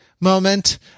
moment